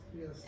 yes